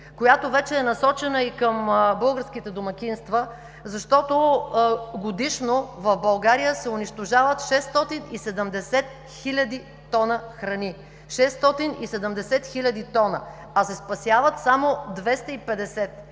която вече е насочена и към българските домакинства, защото годишно в България се унищожават 670 000 тона храни! 670 000 тона, а се спасяват само 250!